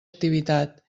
activitat